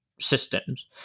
systems